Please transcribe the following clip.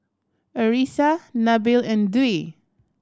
Arissa Nabil and Dwi